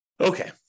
Okay